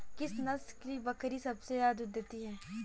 किस नस्ल की बकरी सबसे ज्यादा दूध देती है?